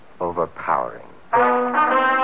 overpowering